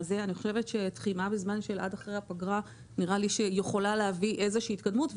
נראה לי שתחימה בזמן של עד אחרי הפגרה יכולה להביא איזושהי התקדמות.